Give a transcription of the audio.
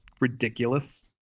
ridiculous